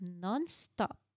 non-stop